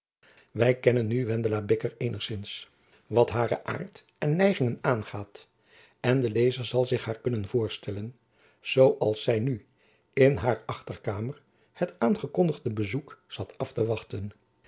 wy kennen nu wendela bicker eenigzins wat jacob van lennep elizabeth musch haren aart en neigingen aangaat en de lezer zal zich haar kunnen voorstellen zoo als zy nu in haar achterkamer het aangekondigde bezoek zat af te wachten